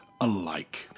alike